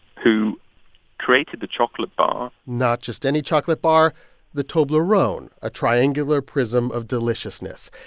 who created the chocolate bar not just any chocolate bar the toblerone, a triangular prism of deliciousness.